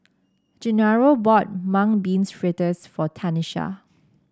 Gennaro bought Mung Beans fritters for Tanisha